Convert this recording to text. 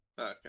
Okay